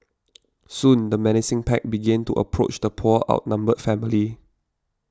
soon the menacing pack began to approach the poor outnumbered family